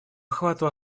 охвату